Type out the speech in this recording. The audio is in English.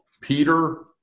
Peter